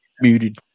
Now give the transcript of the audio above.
muted